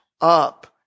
up